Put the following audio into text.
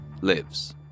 lives